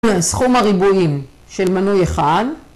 ‫סכום הריבועים של מנוי אחד.